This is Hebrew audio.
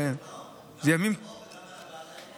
גם על החוק וגם על הוועדה.